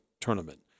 tournament